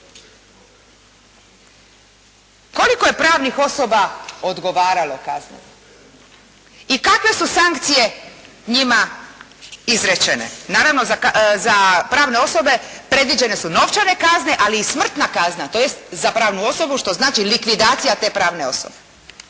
koliko je pravnih osoba odgovaralo kazneno i kakve su sankcije njima izrečene. Naravno za pravne osobe predviđene su novčane kazne ali i smrtna kazna, tj. za pravnu osobu što znači likvidacija te pravne osobe.